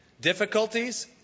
Difficulties